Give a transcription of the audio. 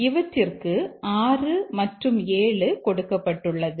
இவற்றிற்கு 6 மற்றும் 7 கொடுக்கப்பட்டுள்ளது